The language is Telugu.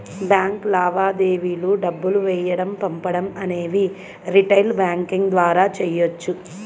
బ్యాంక్ లావాదేవీలు డబ్బులు వేయడం పంపడం అనేవి రిటైల్ బ్యాంకింగ్ ద్వారా చెయ్యొచ్చు